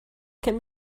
can